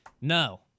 No